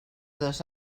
dos